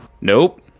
Nope